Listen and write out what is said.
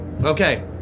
Okay